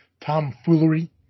Tomfoolery